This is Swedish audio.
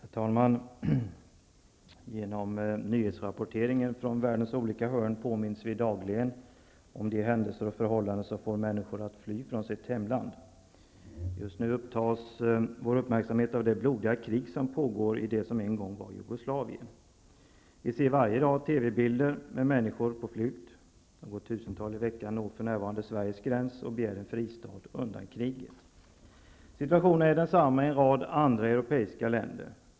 Herr talman! Genom nyhetsrapporteringen från världens olika hörn påminns vi dagligen om de händelser och förhållanden som får männsikor att fly från sitt hemland. Just nu upptas vår uppmärksamhet av de blodiga krig som pågår i det som en gång var Jugoslavien. Vi ser varje dag TV bilder med människor på flykt. Något tusental i veckan når för närvarande Sveriges gräns och begär en fristad undan kriget. Situationen är densamma i en rad andra europeiska länder.